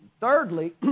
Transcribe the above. Thirdly